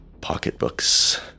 pocketbooks